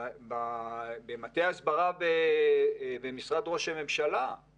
פה אני רוצה להתייחס גם למה שאבי אמר,